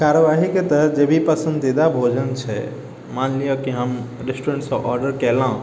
कार्यवाहीके तहत जे भी पसन्दीदा भोजन छै मानि लिअ कि हम रेस्टोरेन्टसँ ऑर्डर कयलहुँ